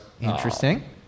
Interesting